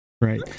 Right